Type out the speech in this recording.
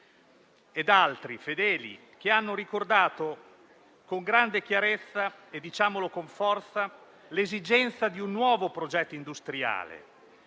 ed altri) hanno ricordato con grande chiarezza e con forza l'esigenza di un nuovo progetto industriale,